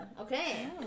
okay